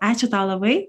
ačiū tau labai